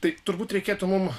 tai turbūt reikėtų mum